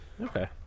Okay